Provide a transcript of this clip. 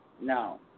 No